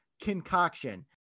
concoction